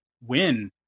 win